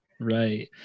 Right